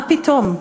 מה פתאום?